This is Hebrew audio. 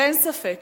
אין ספק